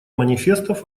манифестов